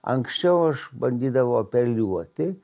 anksčiau aš bandydavau apeliuoti